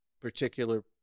particular